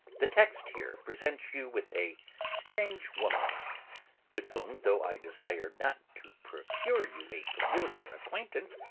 the text here presents you with a strange woman with whom though i desire not to procure you a familiar acquaintance,